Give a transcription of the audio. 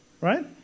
Right